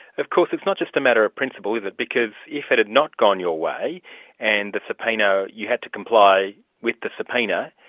of course it's not just a matter of principle, is it, because if it had not gone your way and the subpoena, you had to comply with the subpoena,